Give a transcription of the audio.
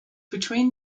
between